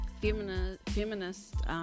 Feminist